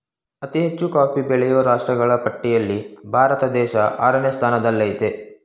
ಅತಿ ಹೆಚ್ಚು ಕಾಫಿ ಬೆಳೆಯೋ ರಾಷ್ಟ್ರಗಳ ಪಟ್ಟಿಲ್ಲಿ ಭಾರತ ದೇಶ ಆರನೇ ಸ್ಥಾನದಲ್ಲಿಆಯ್ತೆ